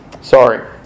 Sorry